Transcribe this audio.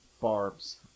barbs